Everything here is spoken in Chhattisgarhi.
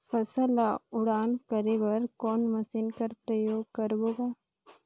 फसल ल उड़ान करे बर कोन मशीन कर प्रयोग करबो ग?